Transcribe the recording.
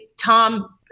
Tom